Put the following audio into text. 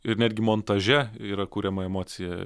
ir netgi montaže yra kuriama emocija